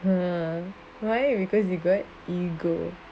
!huh! why because you got ego